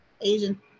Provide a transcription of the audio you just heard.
Asian